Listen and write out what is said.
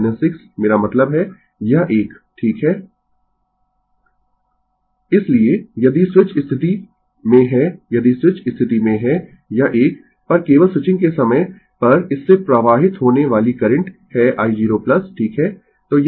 Refer Slide Time 1635 इसलिए यदि switch स्थिति में है यदि स्विच स्थिति में है यह एक पर केवल स्विचिंग के समय पर इससे प्रवाहित होने वाली करंट है i0 ठीक है